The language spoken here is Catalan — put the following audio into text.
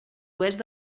oest